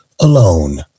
alone